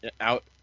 out